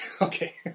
Okay